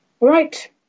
Right